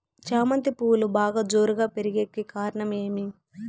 చామంతి పువ్వులు బాగా జోరుగా పెరిగేకి కారణం ఏమి?